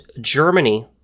Germany